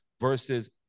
versus